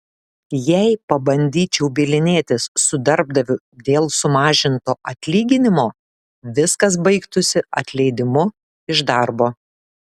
jei pabandyčiau bylinėtis su darbdaviu dėl sumažinto atlyginimo viskas baigtųsi atleidimu iš darbo